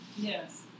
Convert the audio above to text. Yes